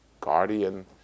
guardian